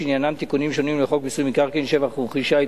שעניינם תיקונים שונים לחוק מיסוי מקרקעין (שבח ורכישה),